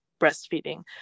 breastfeeding